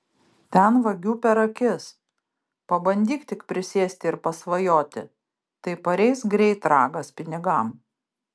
ten vagių per akis pabandyk tik prisėsti ir pasvajoti tai pareis greit ragas pinigam